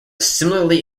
similarly